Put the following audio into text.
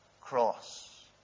cross